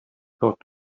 thought